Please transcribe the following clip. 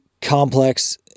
complex